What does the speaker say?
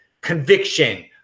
Conviction